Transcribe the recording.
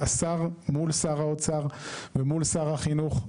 השר מול שר האוצר ומול שר החינוך,